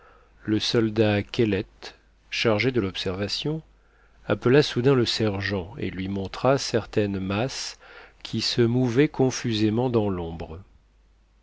le soldat kellett chargé de l'observation appela soudain le sergent et lui montra certaines masses qui se mouvaient confusément dans l'ombre